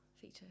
feature